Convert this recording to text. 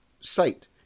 site